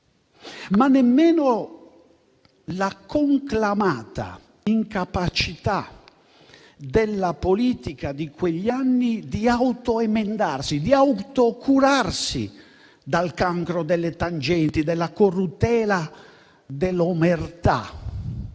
ma nemmeno la conclamata incapacità della politica di quegli anni di autoemendarsi e di autocurarsi dal cancro delle tangenti, dalla corruttela e dall'omertà